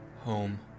Home